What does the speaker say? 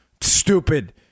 Stupid